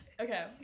Okay